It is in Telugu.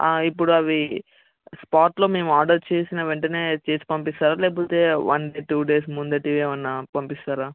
ఇప్పుడు అవి స్పాట్లో మేము ఆర్డర్ చేసిన వెంటనే చేసి పంపిస్తారా లేకపోతే వన్ టూ డేస్ ముందువి ఏమన్న పంపిస్తారా